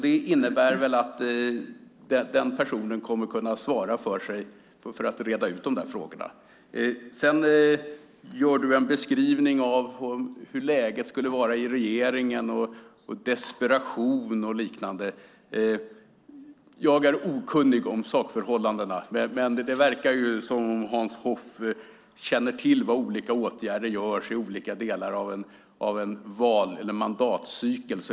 Det innebär väl att den personen kommer att kunna svara för att reda ut de här frågorna. Du beskriver hur läget är i regeringen och talar om desperation och liknande. Jag är okunnig om sakförhållandena, men det verkar som om Hans Hoff känner till vilka åtgärder som vidtas i olika skeden av en mandatcykel.